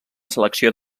selecció